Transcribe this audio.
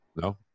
No